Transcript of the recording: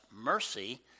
mercy